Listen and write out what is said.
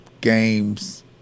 games